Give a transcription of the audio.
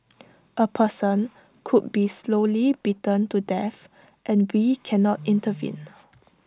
A person could be slowly beaten to death and we cannot intervene